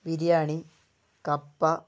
ബിരിയാണി കപ്പ